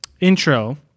intro